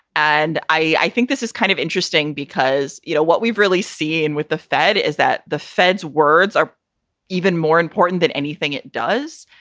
and i think this is kind of interesting because, you know, what we've really seen with the fed is that the fed's words are even more important than anything it does,